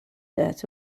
dirt